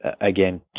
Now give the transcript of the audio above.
again